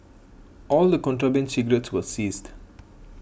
all the contraband cigarettes were seized